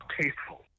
tasteful